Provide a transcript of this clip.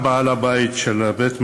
מי בעד?